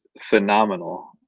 phenomenal